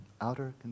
outer